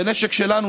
בנשק שלנו,